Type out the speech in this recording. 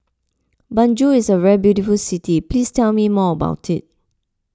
Banjul is a very beautiful city please tell me more about it